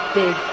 big